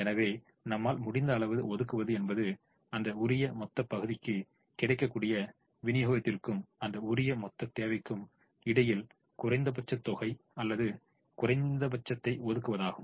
எனவே நம்மால் முடிந்த அளவு ஒதுக்குவது என்பது அந்த உரிய மொத்தப்பகுதிக்கு கிடைக்கக்கூடிய விநியோகத்திற்கும் அந்த உரிய மொத்த தேவைக்கும் இடையில் குறைந்தபட்ச தொகை அல்லது குறைந்தபட்சத்தை ஒதுக்குவதாகும்